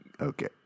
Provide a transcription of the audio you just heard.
Okay